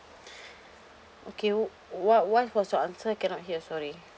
okay what what what was your answer cannot hear sorry